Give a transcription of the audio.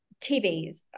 TVs